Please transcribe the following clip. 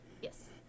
Yes